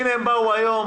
הנה, הם באו היום.